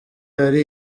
ari